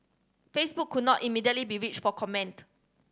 Facebook could not immediately be reached for comment